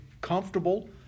comfortable